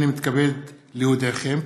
הינני מתכבד להודיעכם,